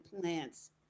plants